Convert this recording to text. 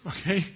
okay